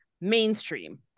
mainstream